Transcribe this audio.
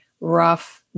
rough